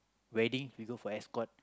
wedding we go for escort